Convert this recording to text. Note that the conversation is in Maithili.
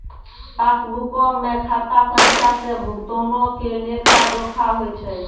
पासबुको मे खाता संख्या से भुगतानो के लेखा जोखा होय छै